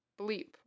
bleep